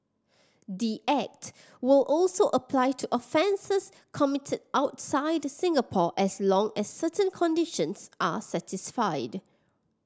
the act will also apply to offences committed outside Singapore as long as certain conditions are satisfied